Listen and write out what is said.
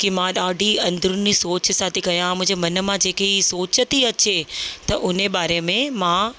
कि मां ॾाढी अंदरुनी सोच सां थी कयां मुंहिंजे मन मां जेके हीअ सोच थी अचे त उन ॿारे में मां